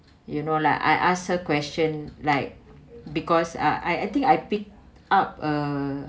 you know like I ask her question like because I I think I pick up uh